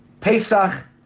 Pesach